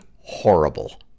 horrible